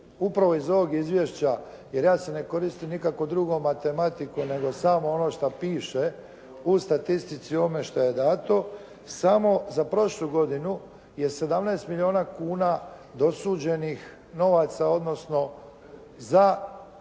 upravo iz ovog izvješća, jer ja se ne koristim nikakvom drugom matematiku nego samo ono što piše u statistici u ovome što je dato. Samo za prošlu godinu je 17 milijuna kuna dosuđenih novaca, odnosno za